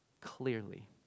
clearly